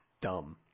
dumb